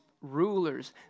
rulers